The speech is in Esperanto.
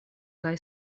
kaj